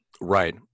Right